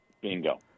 bingo